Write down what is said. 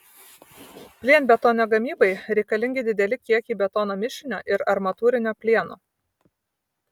plienbetonio gamybai reikalingi dideli kiekiai betono mišinio ir armatūrinio plieno